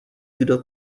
kdo